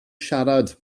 siarad